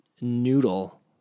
noodle